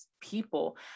people